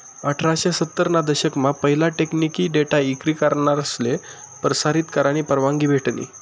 अठराशे सत्तर ना दशक मा पहिला टेकनिकी डेटा इक्री करनासले परसारीत करानी परवानगी भेटनी